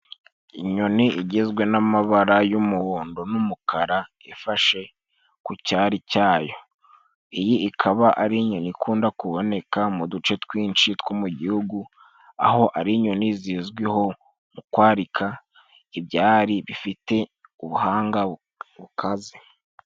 Inyoni igizwe n'amabara y'umuhondo n'umukara ifashe ku cyari cyayo. Iyi ikaba ari inyoni ikunda kuboneka mu duce twinshi two mu gihugu, aho ari inyoni zizwiho mu kwarika ibyari bifite ubuhanga bukaze.